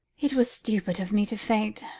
it was stupid of me to faint,